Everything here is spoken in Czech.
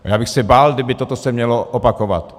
A já bych se bál, kdyby se toto mělo opakovat.